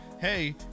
Hey